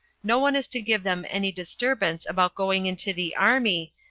no one is to give them any disturbance about going into the army,